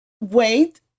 wait